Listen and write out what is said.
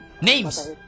Names